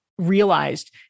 realized